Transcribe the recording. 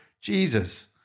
Jesus